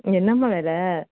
என்னம்மா வேலை